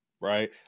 Right